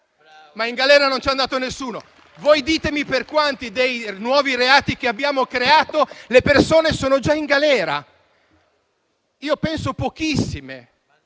ma in galera non ci è andato nessuno. Ditemi per quanti dei nuovi reati che abbiamo creato le persone sono già in galera. Penso siano pochissime.